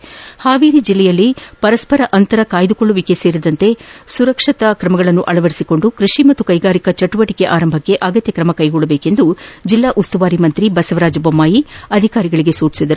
PTC Haveri ಜಿಲ್ಲೆಯಲ್ಲಿ ಪರಸ್ಪರ ಅಂತರ ಕಾಯ್ದಕೊಳ್ಳುವಿಕೆ ಸೇರಿದಂತೆ ಸುರಕ್ಷ ತಾ ಕ್ರಮಗಳನ್ನು ಅಳವಡಿಸಿಕೊಂಡು ಕೃಷಿ ಹಾಗೂ ಕೈಗಾರಿಕಾ ಚಟುವಟಿಕೆ ಆರಂಭಿಸಲು ಅಗತ್ಯ ಕ್ರಮ ಕೈಗೊಳ್ಳುವಂತೆ ಜಿಲ್ಲಾ ಉಸ್ತುವಾರಿ ಸಚಿವ ಬಸವರಾಜ ಬೊಮ್ನಾಯಿ ಅಧಿಕಾರಿಗಳಿಗೆ ಸೂಚಿಸಿದ್ದಾರೆ